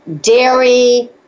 dairy